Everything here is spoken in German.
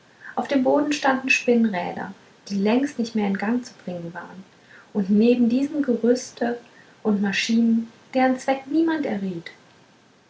auf dem boden standen spinnräder die längst nicht mehr in gang zu bringen waren und neben diesen gerüste und maschinen deren zweck niemand erriet